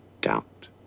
doubt